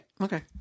Okay